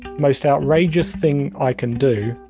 most outrageous thing i can do,